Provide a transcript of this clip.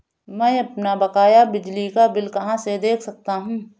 मैं अपना बकाया बिजली का बिल कहाँ से देख सकता हूँ?